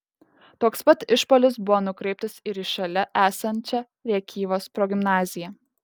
toks pat išpuolis buvo nukreiptas ir į šalia esančią rėkyvos progimnaziją